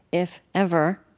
if ever.